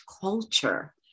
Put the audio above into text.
culture